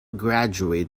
graduate